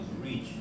reach